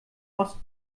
ost